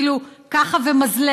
כאילו, ככה ומזלג.